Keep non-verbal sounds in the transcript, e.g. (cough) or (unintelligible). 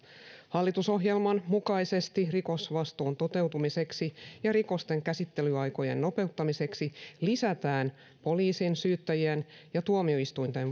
hallitusohjelman mukaisesti rikosvastuun toteutumiseksi ja rikosten käsittelyaikojen nopeuttamiseksi lisätään poliisin syyttäjien ja tuomioistuinten (unintelligible)